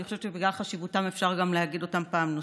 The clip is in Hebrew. ואני חושבת שבגלל חשיבותם אפשר גם להגיד אותם פעם נוספת.